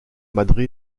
madre